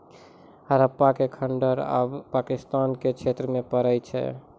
हड़प्पा के खंडहर आब पाकिस्तान के क्षेत्र मे पड़ै छै